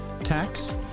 tax